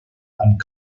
and